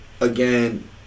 again